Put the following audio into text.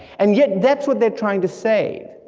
and yet, that's what they're trying to say,